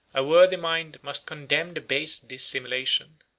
a worthy mind must condemn the base dissimulation,